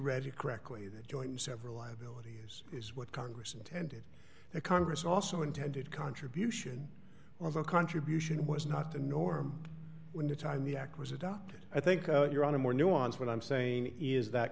read it correctly that joint several liability issues is what congress intended the congress also intended contribution on the contribution was not the norm when the time the act was adopted i think you're on a more nuance what i'm saying is that